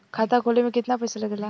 खाता खोले में कितना पैसा लगेला?